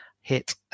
Hit